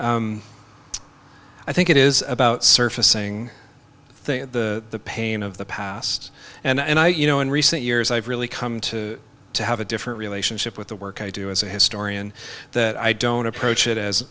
question i think it is about surfacing thing that the pain of the past and i you know in recent years i've really come to to have a different relationship with the work i do as a historian that i don't approach it as